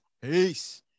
Peace